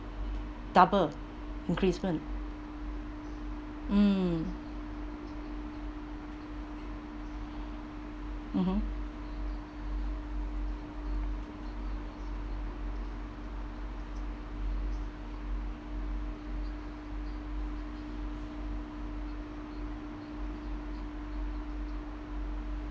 double increment mm mm mm